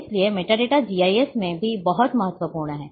इसलिए metadata GIS में भी बहुत महत्वपूर्ण है